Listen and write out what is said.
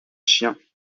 chiens